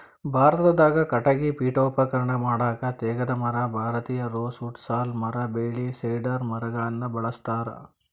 ಭಾರತದಾಗ ಕಟಗಿ ಪೇಠೋಪಕರಣ ಮಾಡಾಕ ತೇಗದ ಮರ, ಭಾರತೇಯ ರೋಸ್ ವುಡ್ ಸಾಲ್ ಮರ ಬೇಳಿ ಸೇಡರ್ ಮರಗಳನ್ನ ಬಳಸ್ತಾರ